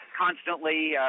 constantly